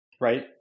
Right